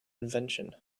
invention